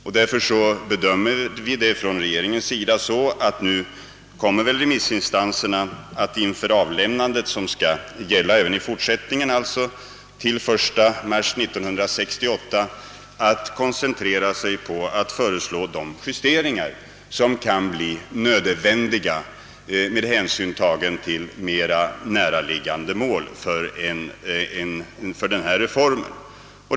Vi bedömer inom regeringen läget så att remissinstanserna kommer att koncentrera sig på de justeringar som kan bli nödvändiga med hänsyn till mera näraliggande mål inom ramen för denna reform.